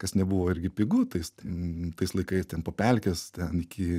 kas nebuvo irgi pigu tais ten tais laikais ten po pelkes ten iki